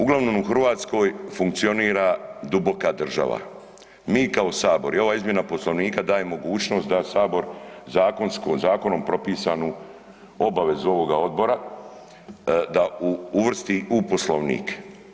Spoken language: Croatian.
Uglavnom u Hrvatskoj funkcionira duboka država, mi kao sabor i ova izmjena poslovnika daje mogućnost da sabor zakonsko, zakonom propisanu obavezu ovoga odbora da uvrsti u poslovnik.